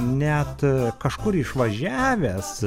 net kažkur išvažiavęs